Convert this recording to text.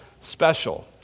special